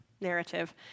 narrative